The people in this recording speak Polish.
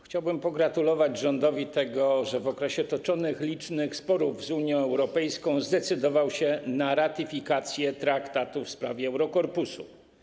Chciałbym pogratulować rządowi tego, że w okresie toczenia licznych sporów z Unią Europejską zdecydował się na ratyfikację traktatu w sprawie Eurokorpusu.